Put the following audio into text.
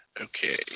Okay